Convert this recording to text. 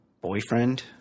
boyfriend